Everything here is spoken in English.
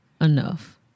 enough